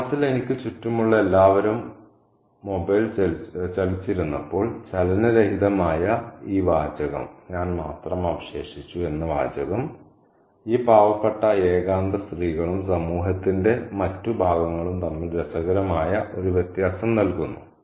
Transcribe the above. ഗ്രാമത്തിൽ എനിക്ക് ചുറ്റുമുള്ള എല്ലാവരും മൊബൈൽ ചലിച്ചിരുന്നപ്പോൾ ചലനരഹിതമായ ഈ വാചകം ഞാൻ മാത്രം അവശേഷിച്ചു എന്ന വാചകം ഈ പാവപ്പെട്ട ഏകാന്ത സ്ത്രീകളും സമൂഹത്തിന്റെ മറ്റ് ഭാഗങ്ങളും തമ്മിൽ രസകരമായ ഒരു വ്യത്യാസം നൽകുന്നു